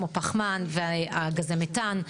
כמו פחמן וגזי מתאן.